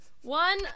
one